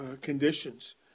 conditions